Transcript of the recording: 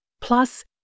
plus